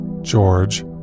George